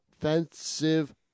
offensive